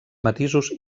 matisos